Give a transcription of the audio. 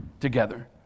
together